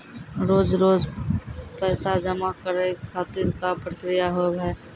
रोज रोज पैसा जमा करे खातिर का प्रक्रिया होव हेय?